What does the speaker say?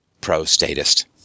pro-statist